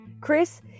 Chris